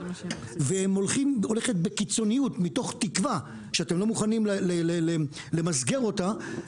והיא הולכת בקיצוניות מתוך תקווה שאתם לא מוכנים למסגר אותה,